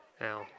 Now